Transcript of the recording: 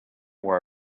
wore